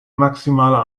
maximale